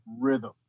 rhythm